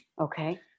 okay